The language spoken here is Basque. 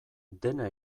dena